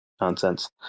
nonsense